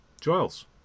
Giles